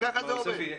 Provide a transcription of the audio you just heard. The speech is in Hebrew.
כך זה עובד.